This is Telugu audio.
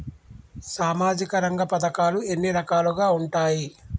సామాజిక రంగ పథకాలు ఎన్ని రకాలుగా ఉంటాయి?